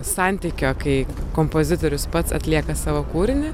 santykio kai kompozitorius pats atlieka savo kūrinį